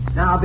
Now